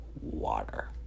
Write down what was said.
water